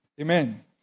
Amen